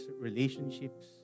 relationships